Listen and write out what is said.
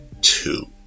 two